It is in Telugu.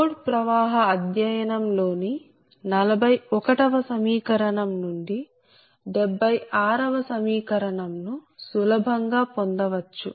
లోడ్ ప్రవాహ అధ్యయనం లో ని 41వ సమీకరణం నుండి 76 వ సమీకరణం ను సులభంగా పొందవచ్చు